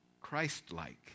Christ-like